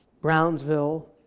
Brownsville